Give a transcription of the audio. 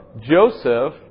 Joseph